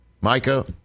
Micah